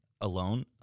alone